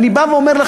אני אומר לחברי,